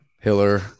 Hiller